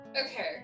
Okay